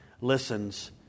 listens